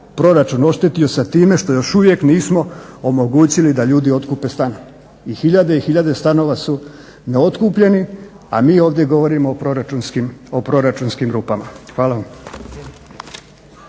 proračun oštetio sa time što još uvijek nismo omogućili da ljudi otkupe stan i hiljade i hiljade stanova su neotkupljeni, a mi ovdje govorimo o proračunskim rupama. Hvala vam.